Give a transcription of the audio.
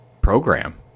program